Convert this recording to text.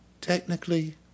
Technically